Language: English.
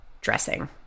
dressing